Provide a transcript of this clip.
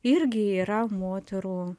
irgi yra moterų